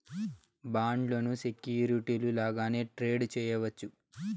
బాండ్లను సెక్యూరిటీలు లాగానే ట్రేడ్ చేయవచ్చు